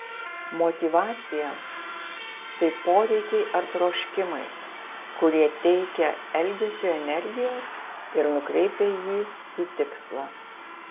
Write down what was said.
motyvacija tai poreikiai ar troškimai kurie teikia elgesiui energijos ir nukreipia jį į tikslą